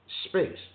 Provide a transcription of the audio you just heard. Space